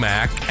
Mac